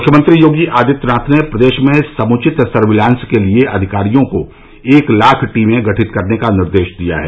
मुख्यमंत्री योगी आदित्यनाथ ने प्रदेश में समुचित सर्विलांस के लिए अधिकारियों को एक लाख टीमें गठित करने का निर्देश दिया है